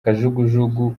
kajugujugu